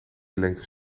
lengtes